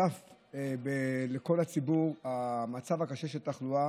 שהצפנו לכל הציבור את המצב הקשה של התחלואה,